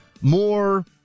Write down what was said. more